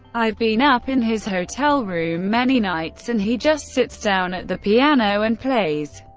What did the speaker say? i've been up in his hotel room many nights and he just sits down at the piano and plays.